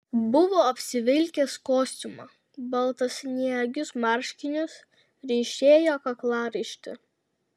buvo apsivilkęs kostiumą baltasniegius marškinius ryšėjo kaklaraištį